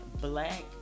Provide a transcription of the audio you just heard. Black